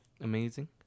Amazing